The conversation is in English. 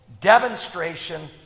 demonstration